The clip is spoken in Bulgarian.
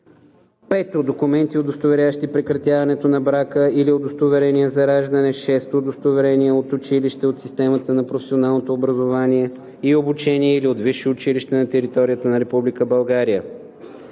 5. документи, удостоверяващи прекратяването на брака, или удостоверение за раждане; 6. удостоверение от училище от системата на професионалното образование и обучение или от висше училище на територията на